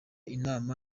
inama